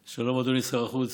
שלום, אדוני שר החוץ.